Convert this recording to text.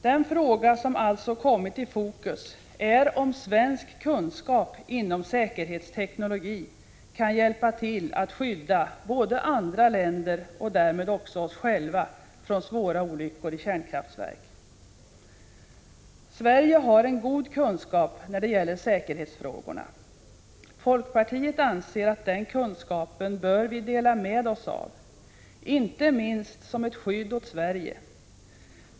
Den fråga som alltså kommit i fokus är om svensk kunskap inom säkerhetsteknologi kan hjälpa till att skydda både andra länder och därmed också oss själva från svåra olyckor i kärnkraftverk. Sverige har en god kunskap när det gäller säkerhetsfrågorna. Folkpartiet anser att den kunskapen är något vi bör dela med oss av - inte minst som ett skydd åt Sverige.